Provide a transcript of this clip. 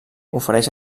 ofereix